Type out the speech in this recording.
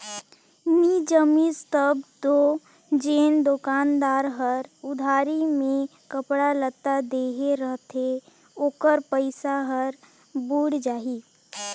नी जमिस तब दो जेन दोकानदार हर उधारी में कपड़ा लत्ता देहे रहथे ओकर पइसा हर बुइड़ जाही